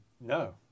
no